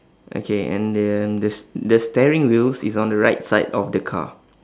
okay and then the s~ the steering wheels is on the right side of the car